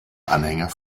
anhänger